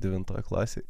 devintoj klasėj